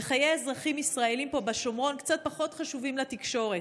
וחיי אזרחים ישראלים פה בשומרון קצת פחות חשובים לתקשורת.